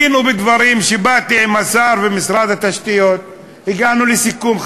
בדין ובדברים שבאתי עם השר במשרד התשתיות הגענו לסיכום,